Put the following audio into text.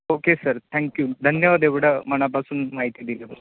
okay sir thank you धन्यवाद एवढं मनापासून माहिती दिली